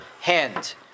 hand